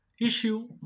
issue